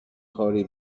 کاری